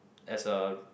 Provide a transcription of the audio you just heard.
as a